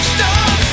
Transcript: Stop